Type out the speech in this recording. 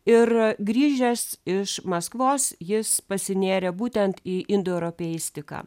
ir grįžęs iš maskvos jis pasinėrė būtent į indoeuropeistiką